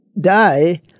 die